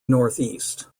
northeast